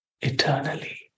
eternally